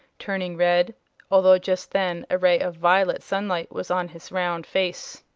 turning red although just then a ray of violet sunlight was on his round face.